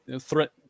threat